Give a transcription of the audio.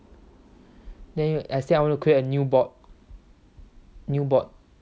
then I say I want to create a new bot new bot okay